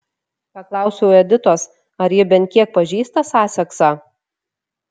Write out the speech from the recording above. paklausiau editos ar ji bent kiek pažįsta saseksą